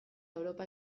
europa